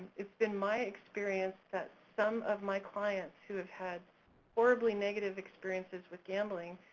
it's been my experience that some of my clients who have had horribly negative experiences with gambling,